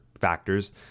factors